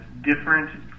different